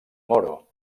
moro